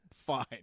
Fine